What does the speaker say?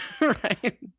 right